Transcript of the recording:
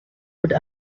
would